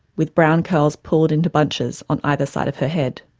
with brown curls pulled into bunches on either side of her head.